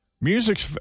Music